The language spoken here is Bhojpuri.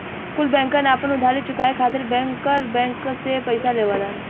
कुल बैंकन आपन उधारी चुकाये खातिर बैंकर बैंक से पइसा लेवलन